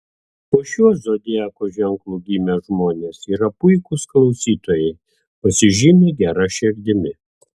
po šiuo zodiako ženklu gimę žmonės yra puikūs klausytojai pasižymi gera širdimi